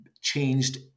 changed